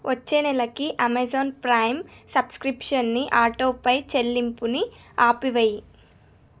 వచ్చే నెలకి Amazon Prime సబ్స్క్రిప్షన్ని ఆటోపే చెల్లింపుని ఆపివెయ్యి